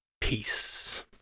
Peace